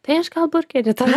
tai aš gal burgerį tada